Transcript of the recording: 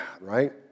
right